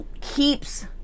keeps